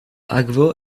akvo